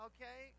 Okay